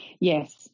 Yes